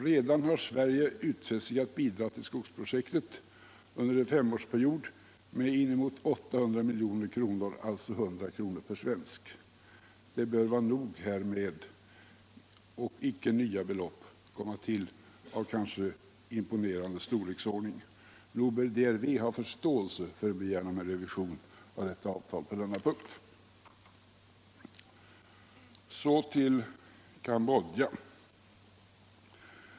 Redan har Sverige utfäst sig att bidra till skogsprojektet under en femårsperiod med inemot 800 milj.kr. — alltså 100 kr. per svensk. Det bör vara nog härmed och inga nya belopp av kanske imponerande storleksordning komma till. Nog bör DRV ha förståelse för en begäran om revision av avtalet på denna punkt. Så till Cambodja.